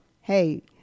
hey